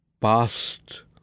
past